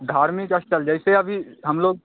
धार्मिक स्थल जैसे अभी हम लोग